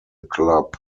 club